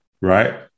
right